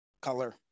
Color